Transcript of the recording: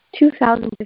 2015